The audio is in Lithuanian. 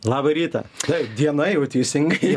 labą rytą taip diena jau teisingai